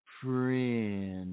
friend